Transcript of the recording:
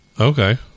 Okay